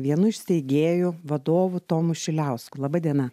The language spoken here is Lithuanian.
vienu iš steigėjų vadovų tomu šiliausku laba diena